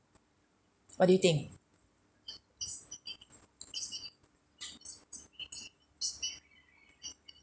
what do you think